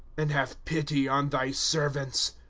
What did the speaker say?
and have pity on thy servants.